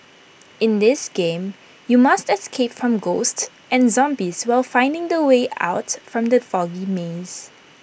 in this game you must escape from ghosts and zombies while finding the way out from the foggy maze